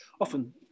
Often